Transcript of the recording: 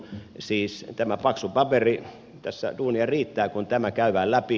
siis tämä paksu paperi tässä duunia riittää kun tämä käydään läpi